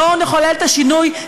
בואו נחולל את השינוי,